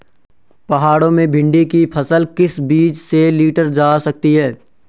पहाड़ों में भिन्डी की अच्छी फसल किस बीज से लीटर जा सकती है?